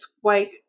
white